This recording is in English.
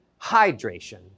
hydration